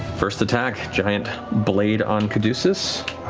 first attack, giant blade on caduceus.